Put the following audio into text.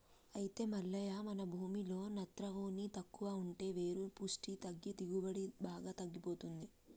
అయితే మల్లయ్య మన భూమిలో నత్రవోని తక్కువ ఉంటే వేరు పుష్టి తగ్గి దిగుబడి బాగా తగ్గిపోతుంది